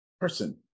person